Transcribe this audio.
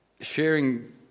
Sharing